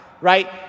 right